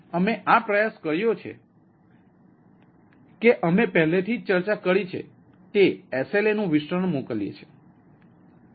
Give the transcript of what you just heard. તેથી અમે આ પ્રયાસ કર્યો તે એ છે કે અમે પહેલેથી જ ચર્ચા કરી છે તે એસએલએનું વિસ્તરણ મોકલીએ છીએ